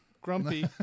Grumpy